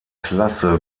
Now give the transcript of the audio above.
klasse